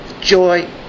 Joy